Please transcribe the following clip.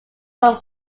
from